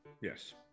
Yes